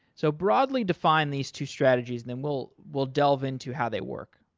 so broadly define these two strategies then we'll we'll delve into how they work.